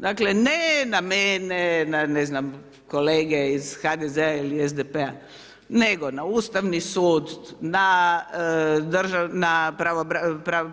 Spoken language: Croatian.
Dakle, ne na mene, na ne znam, kolege iz HDZ-a ili SDP-a, nego na Ustavni sud, na